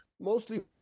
Mostly